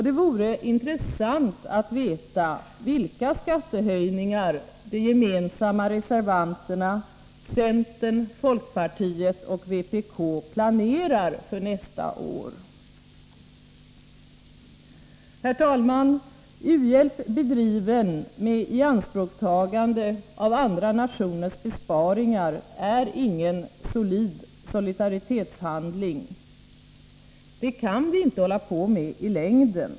Det vore intressant att veta vilka skattehöjningar de gemensamma reservanterna centern, folkpartiet och vpk planerar för nästa år. Herr talman! U-hjälp bedriven med ianspråktagande av andra nationers besparingar är ingen solid solidaritetshandling. Det kan vi inte hålla på med i längden.